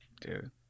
dude